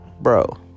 Bro